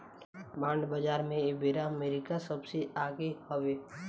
bond बाजार में एबेरा अमेरिका सबसे आगे हवे